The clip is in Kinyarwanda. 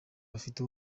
bafite